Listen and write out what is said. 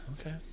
okay